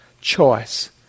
choice